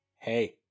Hey